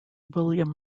william